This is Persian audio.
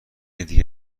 دیگه